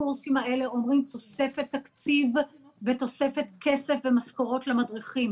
הקורסים האלה אומרים תוספת תקציב ותוספת כסף ומשכורות למדריכים.